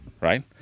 right